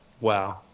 wow